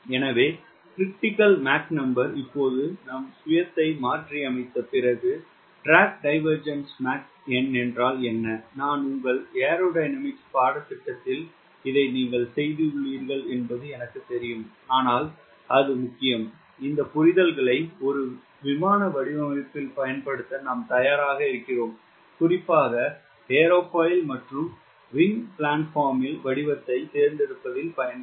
எனவே 𝑀CR இப்போது நம் சுயத்தை மாற்றியமைத்த பிறகு ட்ராக் டைவேர்ஜ்ன்ஸ் மாக் எண் என்றால் என்ன நான் உங்கள் ஏரோடைனமிக்ஸ் பாடத்திட்டத்தில் நீங்கள் இதைச் செய்துள்ளீர்கள் என்பது எனக்குத் தெரியும் ஆனால் அது முக்கியம் இந்த புரிதல்களை ஒரு விமான வடிவமைப்பில் பயன்படுத்த நாம் தயாராக இருக்கிறோம் குறிப்பாக ஏரோஃபைல் மற்றும் விங் பிளான்போர்மில் வடிவத்தைத் தேர்ந்தெடுப்பதில் பயன்படும்